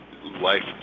life